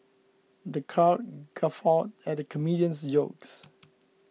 the crowd guffawed at the comedian's jokes